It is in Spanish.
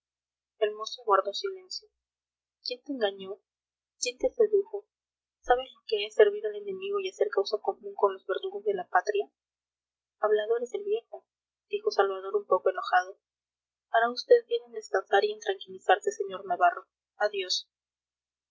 mozo guardó silencio quién te engañó quién te sedujo sabes lo que es servir al enemigo y hacer causa común con los verdugos de la patria hablador es el viejo dijo salvador un poco enojado hará vd bien en descansar y en tranquilizarse sr navarro adiós